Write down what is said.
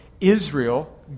Israel